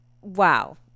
Wow